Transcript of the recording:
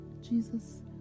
jesus